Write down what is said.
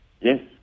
Yes